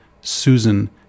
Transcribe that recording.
Susan